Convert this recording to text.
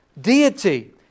deity